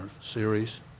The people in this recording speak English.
series